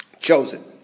chosen